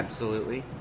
absolutely.